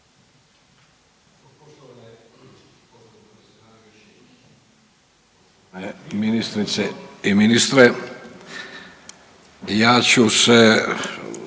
Ministrice i ministre, ja ću se